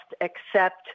accept